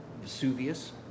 Vesuvius